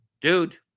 dude